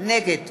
נגד